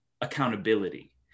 accountability